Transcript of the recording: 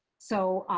so,